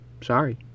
Sorry